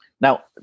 now